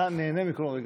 אתה נהנה מכל רגע.